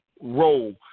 role